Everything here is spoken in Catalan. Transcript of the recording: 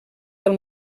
del